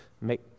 make